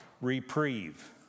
reprieve